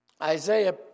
Isaiah